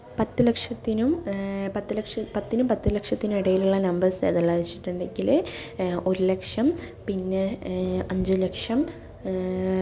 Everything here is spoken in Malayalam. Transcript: പത്തുലക്ഷത്തിനും പത്തുലക്ഷം പത്തിനും പത്തുലക്ഷത്തിനും ഇടയിലുള്ള നമ്പേഴ്സ് ഏതെല്ലാം വെച്ചിട്ടുണ്ടെങ്കിൽ ഒരുലക്ഷം പിന്നെ അഞ്ചുലക്ഷം